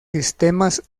sistemas